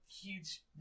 huge